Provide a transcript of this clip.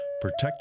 protect